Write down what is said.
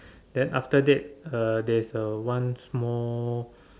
then after that uh there is a one small